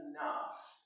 enough